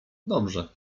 dobrze